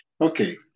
Okay